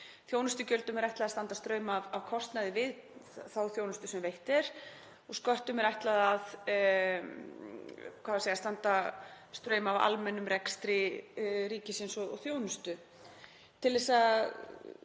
Þjónustugjöldum er ætlað að standa straum af kostnaði við þá þjónustu sem veitt er og sköttum er ætlað að standa straum af almennum rekstri ríkisins og þjónustu.